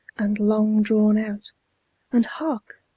and long drawn out and hark!